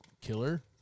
killer